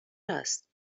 است